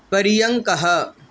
पर्यङ्कः